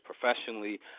professionally